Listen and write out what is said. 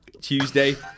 Tuesday